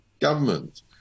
government